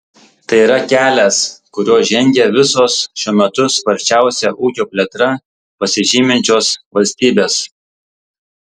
tai yra kelias kuriuo žengia visos šiuo metu sparčiausia ūkio plėtra pasižyminčios valstybės